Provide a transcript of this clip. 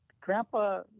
Grandpa